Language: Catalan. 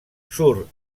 surt